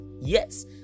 Yes